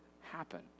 happen